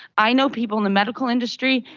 i know people in the medical industry,